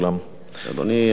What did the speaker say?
קודם כול,